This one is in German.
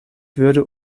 würde